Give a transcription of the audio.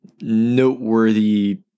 noteworthy